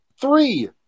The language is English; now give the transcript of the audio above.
Three